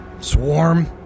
swarm